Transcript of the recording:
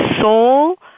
soul